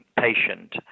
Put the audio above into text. patient